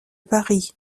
paris